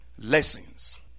Lessons